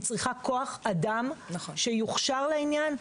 היא צריכה כוח-אדם שיוכשר לעניין,